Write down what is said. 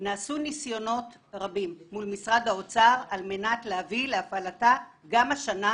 נעשו ניסיונות רבים מול משרד האוצר על מנת להביא להפעלתה גם השנה,